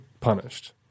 punished